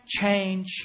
change